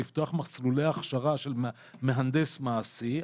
לפתוח מסלולי הכשרה של מהנדס מעשי.